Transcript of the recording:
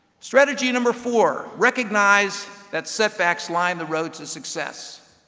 strategy number four, recognize that setbacks line the road to success.